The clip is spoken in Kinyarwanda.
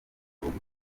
bugufi